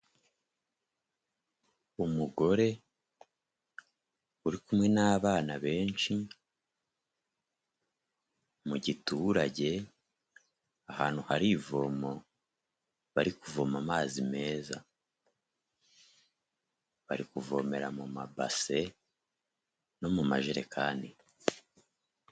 Umugore uri kumwe n'abana benshi, mu giturage ahantu hari iivomo bari kuvoma amazi meza, bari kuvomera mu mabase no mu majerekani.